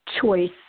choice